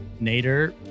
Nader